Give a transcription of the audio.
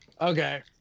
Okay